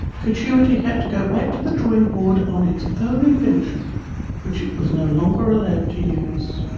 catuity had to go back to the drawing board on its own invention which it was no longer allowed to use.